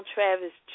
Travis